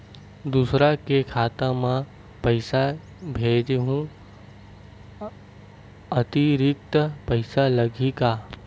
दूसरा के खाता म पईसा भेजहूँ अतिरिक्त पईसा लगही का?